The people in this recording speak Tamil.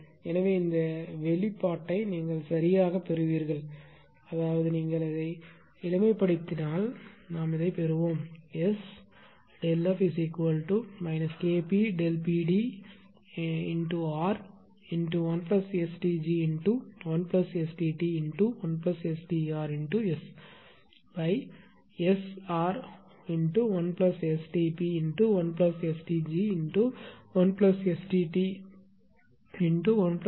எனவே இந்த வெளிப்பாட்டை நீங்கள் சரியாகப் பெறுவீர்கள் அதாவது நீங்கள் இதை எளிமைப்படுத்தினால் நாம் பெறுவோம் SΔF KpPdR1STg1STt1STrSSR1STp1STg1STt1STrKpRKIS1SKrTr அதனால் FSSSΔF 0